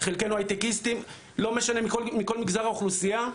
חלקנו הייטקיסטים, לא משנה, מכל מגזרי האוכלוסייה,